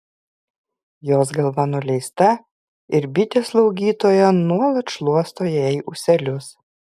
jos galva nuleista ir bitė slaugytoja nuolat šluosto jai ūselius